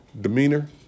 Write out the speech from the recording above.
demeanor